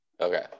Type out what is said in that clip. Okay